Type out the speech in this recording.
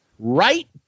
Right